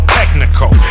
technical